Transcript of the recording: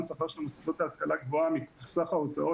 שכר של המוסדות להשכלה גבוהה מסך ההוצאות,